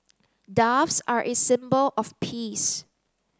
doves are a symbol of peace